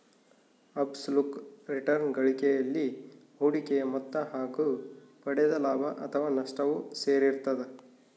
abs ಲುಟ್ return ಗಳಿಕೆಯಲ್ಲಿ ಹೂಡಿಕೆಯ ಮೊತ್ತ ಹಾಗು ಪಡೆದ ಲಾಭ ಅಥಾವ ನಷ್ಟವು ಸೇರಿರ್ತದ